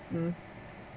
mm